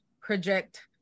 project